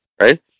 right